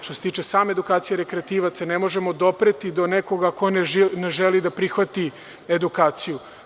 Što se tiče same edukacije rekreativaca, ne možemo dopreti do nekog ako on ne želi da prihvati edukaciju.